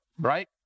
right